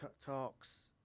talks